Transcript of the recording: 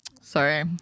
sorry